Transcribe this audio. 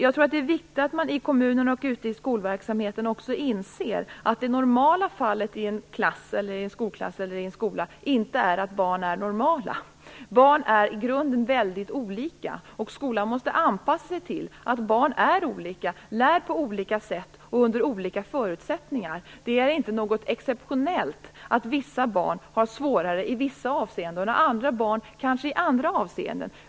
Jag tror att det är viktigt att man i kommunen och ute i skolverksamheten också inser att det normala fallet i en skolklass eller i en skola inte är att barn är normala. Barn är i grunden väldigt olika, och skolan måste anpassa sig till att barn är olika och lär på olika sätt och under olika förutsättningar. Det är inte något exceptionellt att vissa barn har svårare i vissa avseenden och andra barn i andra avseenden.